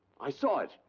i saw it!